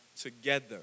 together